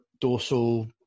dorsal